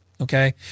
Okay